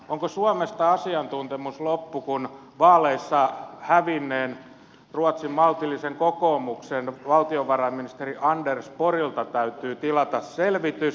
onko suomesta asiantuntemus loppu kun vaaleissa hävinneen ruotsin maltillisen kokoomuksen valtiovarainministeri anders borgilta täytyy tilata selvitys